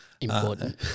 Important